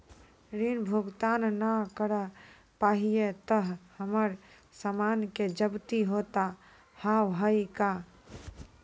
ऋण भुगतान ना करऽ पहिए तह हमर समान के जब्ती होता हाव हई का?